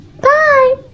Bye